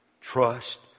trust